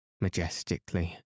majestically